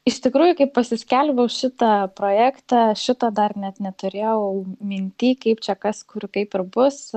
iš tikrųjų kai pasiskelbiau šitą projektą šito dar net neturėjau minty kaip čia kas kur kaip ir bus